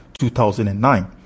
2009